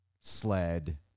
sled